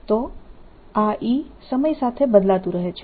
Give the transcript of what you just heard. તો આ E સમય સાથે બદલાતું રહે છે